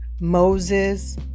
Moses